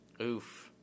Oof